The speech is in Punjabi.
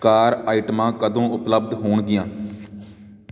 ਕਾਰ ਆਈਟਮਾਂ ਕਦੋਂ ਉਪਲੱਬਧ ਹੋਣਗੀਆਂ